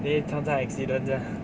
你会常常 accident 这样